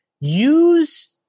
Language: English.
use